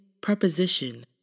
preposition